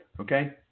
Okay